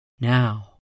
Now